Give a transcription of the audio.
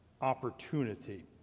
opportunity